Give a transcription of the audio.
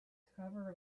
cover